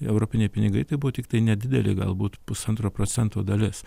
europiniai pinigai tai buvo tiktai nedidelė galbūt pusantro procento dalis